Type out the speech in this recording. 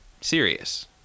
serious